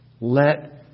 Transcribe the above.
Let